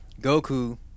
Goku